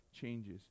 changes